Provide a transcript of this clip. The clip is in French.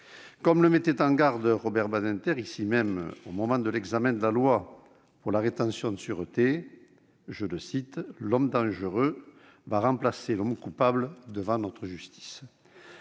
Comme le mettait en garde Robert Badinter, ici même, au moment de l'examen de la loi relative à la rétention de sûreté :« L'homme dangereux va remplacer l'homme coupable devant notre justice.